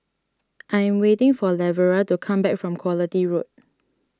I am waiting for Lavera to come back from Quality Road